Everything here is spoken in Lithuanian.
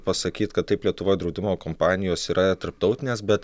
pasakyt kad taip lietuvoj draudimo kompanijos yra tarptautinės bet